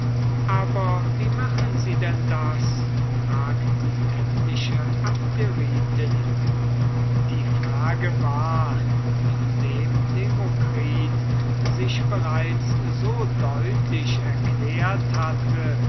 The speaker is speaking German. aber wie machen sie denn das fragten etliche abderitinnen die frage war nachdem demokritus sich bereits so deutlich erklärt hatte